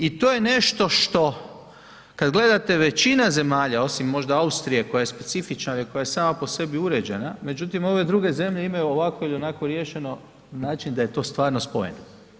I to je nešto što kad gledate, većina zemalja osim možda Austrije koja je specifična i koja je sama po sebi uređena, međutim ove druge zemlje imaju ovako ili onako riješeno na način da je to stvarno spojeno.